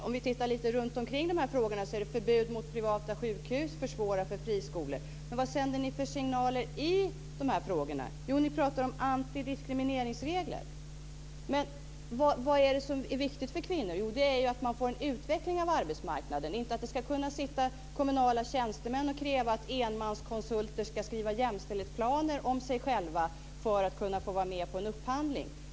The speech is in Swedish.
Om vi tittar lite runtomkring frågorna handlar det om förbud mot privata sjukhus och att försvåra för friskolor. Vad sänder ni för signaler i de frågorna? Ni talar om antidiskrimineringsregler. Vad är det som är viktigt för kvinnor? Det är att man får en utveckling av arbetsmarknaden. Det handlar inte om att det ska sitta kommunala tjänstemän och kräva att enmanskonsulter ska skriva jämställdhetsplaner om sig själva för att kunna få vara med på en upphandling.